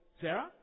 Sarah